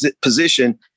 position